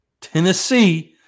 Tennessee